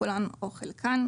כולן או חלקן".